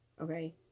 Okay